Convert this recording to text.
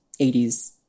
80s